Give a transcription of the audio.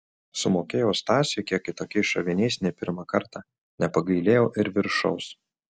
sumokėjau stasiui kiek kitokiais šoviniais nei pirmą kartą nepagailėjau ir viršaus